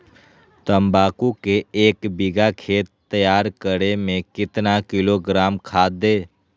तम्बाकू के एक बीघा खेत तैयार करें मे कितना किलोग्राम खाद दे?